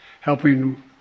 helping